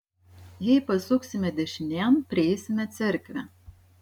jei pasuksime dešinėn prieisime cerkvę